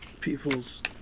peoples